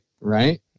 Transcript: right